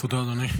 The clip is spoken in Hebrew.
תודה, אדוני.